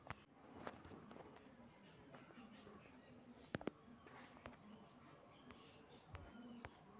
मोबाईलातसून खयच्याई बँकेचा खाता उघडणा शक्य असा काय?